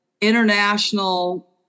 international